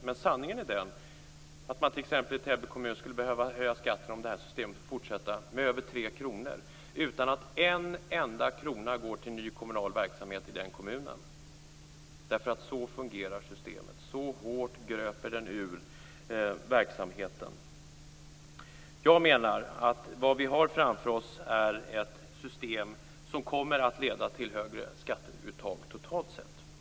Men sanningen är den att man t.ex. i Täby kommun skulle behöva höja skatten med över 3 kr om det här systemet får fortsätta utan att en enda krona går till ny kommunal verksamhet i den kommunen. Så fungerar systemet. Så hårt gröper det ur verksamheten. Vad vi har framför oss är ett system som kommer att leda till högre skatteuttag totalt sett.